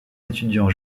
étudiant